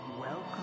welcome